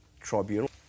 tribunal